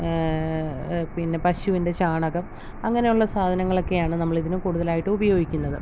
പിന്നെ പശുവിൻ്റെ ചാണകം അങ്ങനെയുള്ള സാധനങ്ങളൊക്കെയാണ് നമ്മൾ ഇതിന് കൂടുതലായിട്ടും ഉപയോഗിക്കുന്നത്